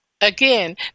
again